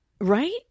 right